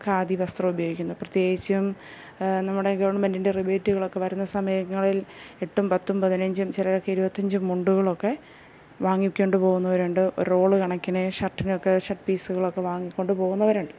ഖാദി വസ്ത്ര ഉപയോഗിക്കുന്നു പ്രത്യേകിച്ചും നമ്മുടെ ഗവൺമെൻറ്റിൻ്റെ റിബേറ്റുകളൊക്കെ വരുന്ന സമയങ്ങളിൽ എട്ടും പത്തും പതിനഞ്ചും ചിലരൊക്കെ ഇരുപത്തഞ്ചും മുണ്ടുകളൊക്കെ വാങ്ങിക്കൊണ്ട് പോകുന്നവരുണ്ട് റോള് കണക്കിന് ഷർട്ടിനൊക്കെ ഷർട്ട് പീസുകളൊക്കെ വാങ്ങി കൊണ്ട് പോകുന്നവരുണ്ട്